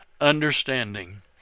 understanding